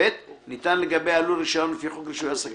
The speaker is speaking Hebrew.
ניתן לגבי הלול רישיון לפי חוק רישוי עסקים,